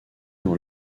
dans